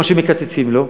ממה שמקצצים לו.